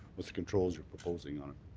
which controls you're proposing on it?